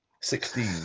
Sixteen